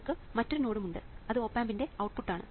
നമുക്ക് മറ്റൊരു നോഡും ഉണ്ട് അത് ഓപ് ആമ്പിന്റെ ഔട്ട്പുട്ട് ആണ്